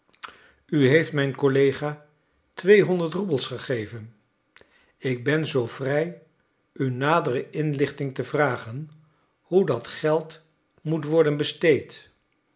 u heeft mijn collega tweehonderd roebels gegeven ik ben zoo vrij u nadere inlichting te vragen hoe dat geld moet worden besteed